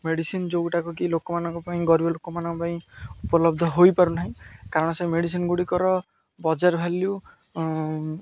medicine ଯୋଉଗୁଡ଼ାକ କି ଲୋକମାନଙ୍କ ପାଇଁ ଗରିବ ଲୋକମାନଙ୍କ ପାଇଁ ଉପଲବ୍ଧ ହୋଇପାରୁ ନାହିଁ କାରଣ ସେ ମେଡ଼ିସିନ୍ ଗୁଡ଼ିକର ବଜାର ଭ୍ୟାଲ୍ୟୁ